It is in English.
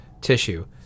tissue